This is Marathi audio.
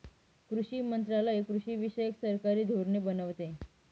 कृषी मंत्रालय कृषीविषयक सरकारी धोरणे बनवते